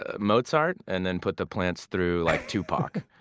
ah mozart and then put the plants through like tupac.